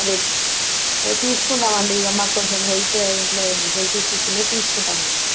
అదే తీసుకుందామండి ఇగ మాకు కొంచం హెల్త్ ఇంట్లో హెల్త్ ఇష్యూస్ ఉన్నాయి తీసుకుంటాం అండి